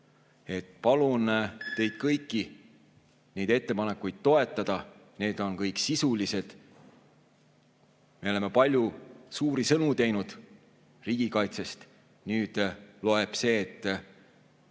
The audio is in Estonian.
Palun teid kõiki neid ettepanekuid toetada, need on kõik sisulised. Me oleme teinud palju suuri sõnu riigikaitsest. Nüüd loeb see,